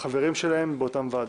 לחברים שלהם באותן ועדות.